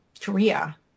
Korea